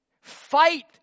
Fight